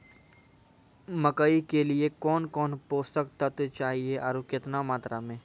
मकई के लिए कौन कौन पोसक तत्व चाहिए आरु केतना मात्रा मे?